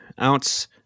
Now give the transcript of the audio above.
ounce